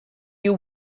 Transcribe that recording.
you